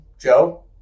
Joe